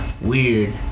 weird